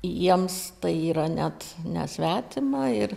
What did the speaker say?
jiems tai yra net nesvetima ir